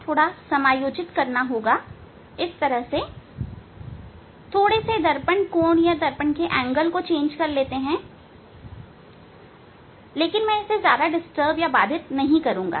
थोड़ा सा दर्पण का कोण भी लेकिन मैं इसे बाधित नहीं करूंगा